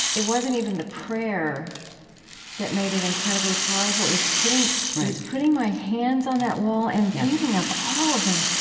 it wasn't even the prayer that made it incredibly powerful. it was putting it was putting my hands on that wall and thinking of all of the,